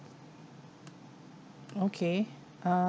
okay uh